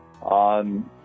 on